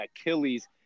Achilles